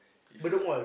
if like